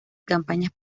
campañas